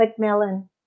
McMillan